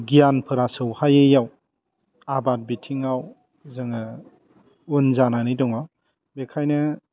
गियानफ्रा सौहायैआव आबाद बिथिंआव जोङो उन जानानै दङ बेखायनो